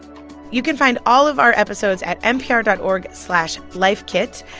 you can find all of our episodes at npr dot org slash lifekit.